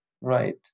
right